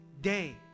day